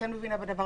כן מבינה בדבר,